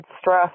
stress